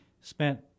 spent